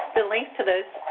the links to those